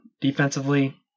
Defensively